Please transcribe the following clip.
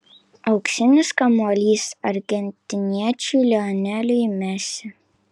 auksinis kamuolys argentiniečiui lioneliui messi